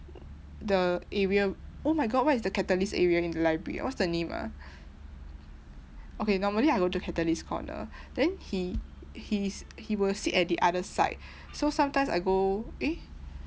the area oh my god what is the catalyst area in the library what's the name ah okay normally I go to catalyst corner then he he's he would sit at the other side so sometimes I go eh